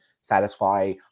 satisfy